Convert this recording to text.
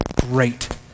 Great